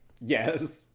yes